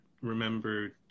remember